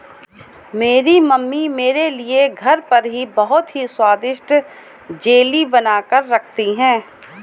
मेरी मम्मी मेरे लिए घर पर ही बहुत ही स्वादिष्ट जेली बनाकर रखती है